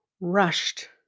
rushed